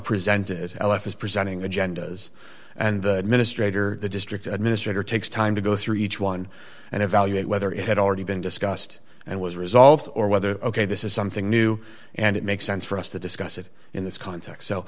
presented as l f as presenting agendas and the minister the district administrator takes time to go through each one and evaluate whether it had already been discussed and was resolved or whether ok this is something new and it makes sense for us to discuss it in this context so